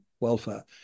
welfare